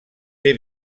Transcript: fer